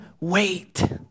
wait